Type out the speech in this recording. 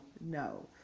no